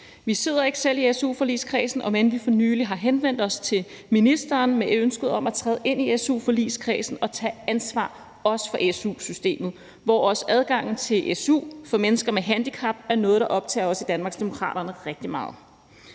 Vi sidder ikke selv i su-forligskredsen, om end vi for nylig har henvendt os til ministeren med ønsket om at træde ind i su-forligskredsen og tage ansvar, også for su-systemet, hvor også adgangen til su for mennesker med handicap er noget, der optager os i Danmarksdemokraterne rigtig meget.